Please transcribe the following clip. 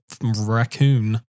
raccoon